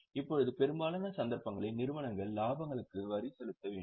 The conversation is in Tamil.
இப்போது பெரும்பாலான சந்தர்ப்பங்களில் நிறுவனங்கள் இலாபங்களுக்கு வரி செலுத்த வேண்டும்